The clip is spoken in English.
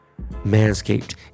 Manscaped